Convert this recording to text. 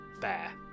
bear